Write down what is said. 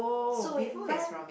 so he runs